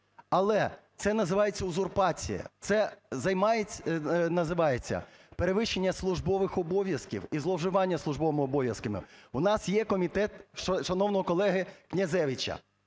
але це називається узурпація, це називається перевищення службових обов'язків і зловживання службовими обов'язками. У нас є комітет шановного колеги Князевича